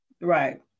right